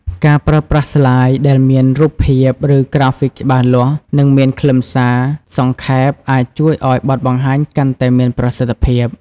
ការប្រើប្រាស់ស្លាយ ដែលមានរូបភាព ឬក្រាហ្វិកច្បាស់លាស់ និងមានខ្លឹមសារសង្ខេប អាចជួយឱ្យបទបង្ហាញកាន់តែមានប្រសិទ្ធភាព។